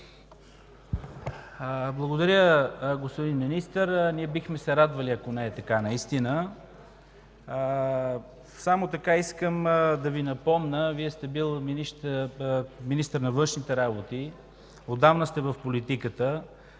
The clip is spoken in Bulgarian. Благодаря, господин Министър. Ние бихме се радвали, ако не е така, наистина! Искам да Ви напомня, Вие сте били министър на външните работи, отдавна сте в политиката.